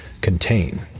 contain